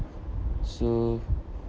so